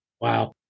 Wow